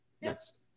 Yes